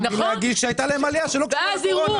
מלהגיש כי הייתה להם עלייה שלא קשורה לקורונה.